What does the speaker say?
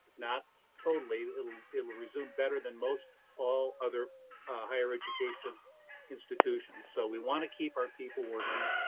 not totally. it will it will resume better than most all other higher education institutions. so we want to keep our people working.